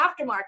aftermarket